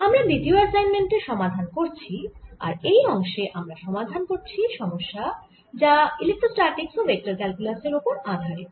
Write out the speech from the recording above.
আমরা দ্বিতীয় অ্যাসাইনমেন্ট এর সমাধান করছি আর এই অংশে আমরা সমাধান করছি সমস্যার যা ইলেক্ট্রোস্ট্যাটিক্স ও ভেক্টর ক্যালকুলাসের ওপর আধারিত